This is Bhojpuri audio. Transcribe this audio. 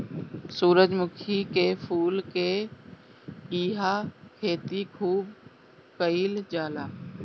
सूरजमुखी के फूल के इहां खेती खूब कईल जाला